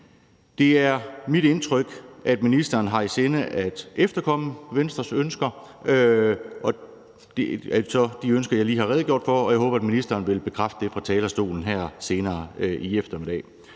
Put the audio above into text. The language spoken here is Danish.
Det er mit indtryk, at ministeren har i sinde at efterkomme de ønsker fra Venstre, som jeg lige har redegjort for, og jeg håber, at ministeren vil bekræfte det fra talerstolen her senere i eftermiddag.